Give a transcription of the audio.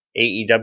AEW